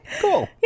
Cool